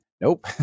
nope